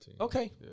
Okay